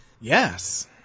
Yes